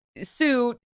sue